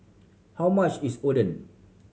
how much is Oden